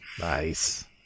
Nice